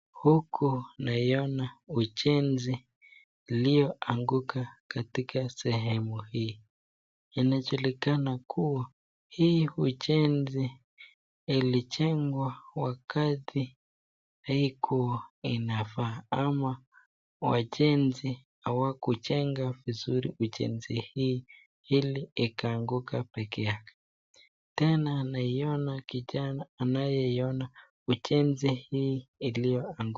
Huku naiona ujenzi iliyoanguka katika sehemu hii, inajulikana kuwa hii ujenzi ilijengwa wakati haikuwa inafaa ama wajenzi hawakujenga vizuri ujenzi hii hili ikaanguka peke yake tena naiona kijana anayeiona ujenzi hii iliyoanguka.